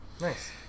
Nice